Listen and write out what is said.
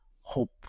hope